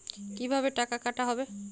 কিভাবে টাকা কাটা হবে?